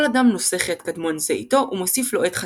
כל אדם נושא חטא קדמון זה איתו ומוסיף לו את חטאיו.